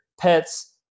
pets